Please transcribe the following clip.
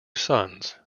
sons